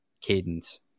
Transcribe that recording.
cadence